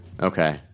okay